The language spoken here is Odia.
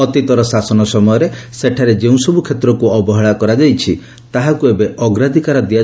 ଅତୀତର ଶାସନ ସମୟରେ ସେଠାରେ ଯେଉଁସବୁ କ୍ଷେତ୍ରକୁ ଅବହେଳା କରାଯାଇଛି ତାହାକୁ ଏବେ ଅଗ୍ରାଧିକାର ଦିଆ